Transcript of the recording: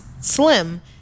slim